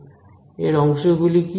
এর অংশগুলি কি